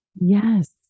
Yes